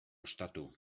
ostatu